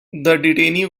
detainees